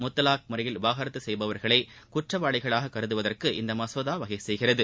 முத்தலாக் முறையில் விவகாரத்து செய்பவர்களை குற்றவாளிகளாக கருதுவதற்கு இந்த மசோதா வகை செய்கிறது